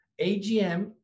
AGM